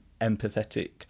empathetic